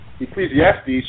Ecclesiastes